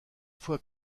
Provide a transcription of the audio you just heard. fois